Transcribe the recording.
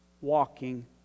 walking